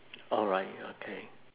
alright okay